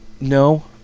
No